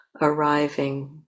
arriving